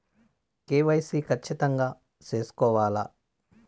KYC ఖచ్చితంగా సేసుకోవాలా